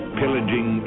pillaging